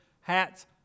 hats